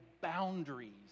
boundaries